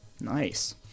Nice